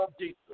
Jesus